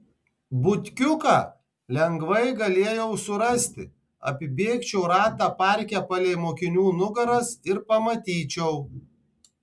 butkiuką lengvai galėjau surasti apibėgčiau ratą parke palei mokinių nugaras ir pamatyčiau